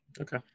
Okay